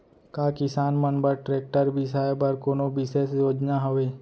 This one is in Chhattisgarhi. का किसान मन बर ट्रैक्टर बिसाय बर कोनो बिशेष योजना हवे?